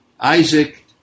Isaac